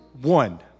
one